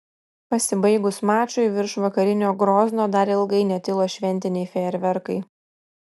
pasibaigus mačui virš vakarinio grozno dar ilgai netilo šventiniai fejerverkai